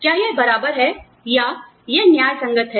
तो क्या यह बराबर है या यह न्याय संगत है